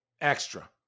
extra